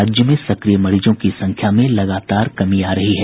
राज्य में सक्रिय मरीजों की संख्या में लगातार कमी आ रही है